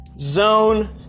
zone